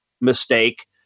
mistake